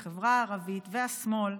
החברה הערבית והשמאל,